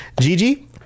Gigi